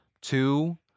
two